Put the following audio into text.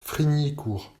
frignicourt